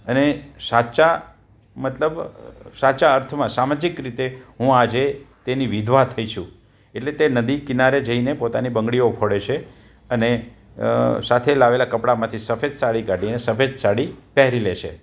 અને સાચ્ચા મતલબ સાચા અર્થમાં સામાજિક રીતે હું આજે તેની વિધવા થઈ છું એટલે તે નદી કિનારે જઈને પોતાની બંગડીઓ ફોડે છે અને સાથે લાવેલા કપડામાંથી સફેદ સાડી કાઢીને સફેદ સાડી પહેરી લે છે